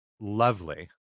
lovely